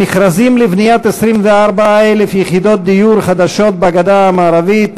המכרזים לבניית 24,000 יחידות דיור חדשות בגדה המערבית,